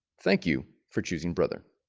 thank you for choosing brother